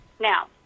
Now